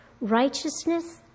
Righteousness